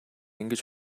ингэж